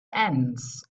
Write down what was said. ants